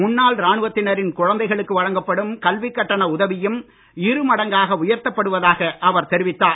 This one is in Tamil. முன்னாள் ராணுவத்தினரின் குழந்தைகளுக்கு வழங்கப்படும் கல்விக் கட்டண உதவியும் இரு மடங்காக உயர்த்தப் படுவதாக அவர் தெரிவித்தார்